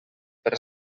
per